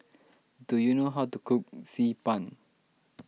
do you know how to cook Xi Ban